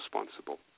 responsible